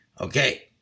Okay